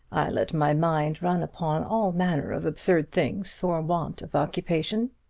i let my mind run upon all manner of absurd things for want of occupation.